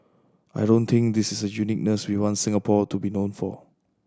I don't think this is a uniqueness we want Singapore to be known for